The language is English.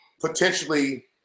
potentially